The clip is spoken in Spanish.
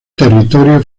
territorio